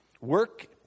work